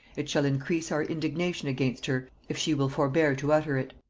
it shall increase our indignation against her, if she will forbear to utter it.